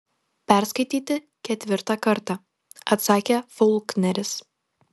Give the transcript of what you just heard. perskaityti ketvirtą kartą atsakė faulkneris